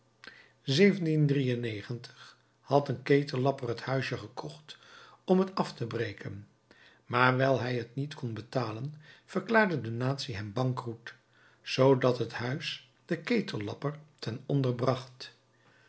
had een ketellapper het huisje gekocht om het af te breken maar wijl hij het niet kon betalen verklaarde de natie hem bankroet zoodat het huis den ketellapper ten onder bracht